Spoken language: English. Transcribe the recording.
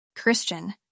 Christian